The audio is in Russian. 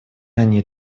они